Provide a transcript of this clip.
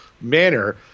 manner